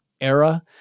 era